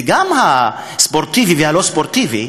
וגם הספורטיבי והלא-ספורטיבי,